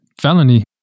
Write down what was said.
Felony